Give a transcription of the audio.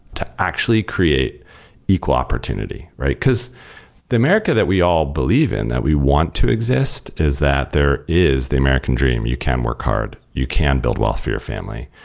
to actually create equal opportunity. because the america that we all believe in that we want to exist is that there is the american dream. you can work hard. you can build wealth for your family.